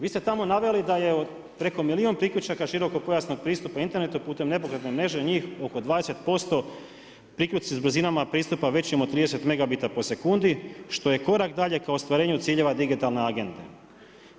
Vi ste tamo naveli da je preko milijun priključaka širokopojasnog pristupa internetu putem nepokretne mreže njih oko 20% priključci s brzinama pristupa većim od 30 megabita po sekundi što je korak dalje ka ostvarenju digitalne AGENDA-e.